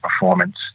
performance